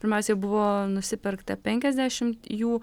pirmiausiai buvo nusipirkta penkiasdešimt jų